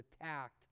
attacked